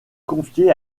confiée